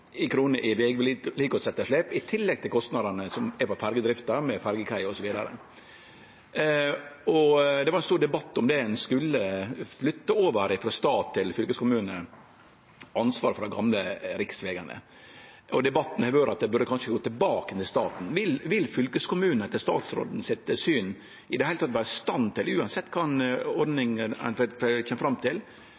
i tillegg til kostnadene til ferjedrifta, med ferjekaier osv. Det var ein stor debatt om ein skulle flytte ansvaret for dei gamle riksvegane frå stat til fylkeskommune, og det har vore ein debatt om dei burde gå tilbake til staten. Vil fylkeskommunane etter statsråden sitt syn i det heile vere i stand til, uansett kva